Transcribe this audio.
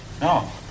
No